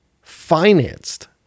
financed